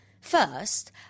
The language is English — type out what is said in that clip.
First